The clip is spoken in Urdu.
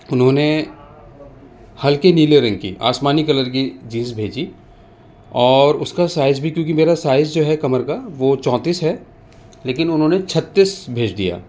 انہوں نے ہلکے نیلے رنگ کی آسمانی کلر کی جینس بھیجی اور اس کا سائز بھی کیونکہ میرا سائز جو ہے کمر کا وہ چونتیس ہے لیکن انہوں نے چھتیس بھیج دیا